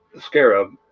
Scarab